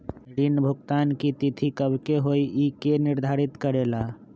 ऋण भुगतान की तिथि कव के होई इ के निर्धारित करेला?